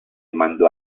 mandò